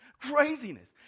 craziness